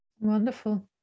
Wonderful